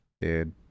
Dude